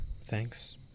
thanks